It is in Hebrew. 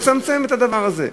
לצמצם את הדבר הזה.